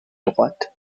droite